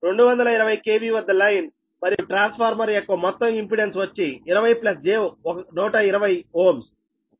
220 KV వద్ద line మరియు transformer యొక్క మొత్తం ఇంపెడెన్స్ వచ్చి 20 j120 Ω